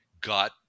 got